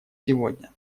сегодня